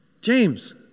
James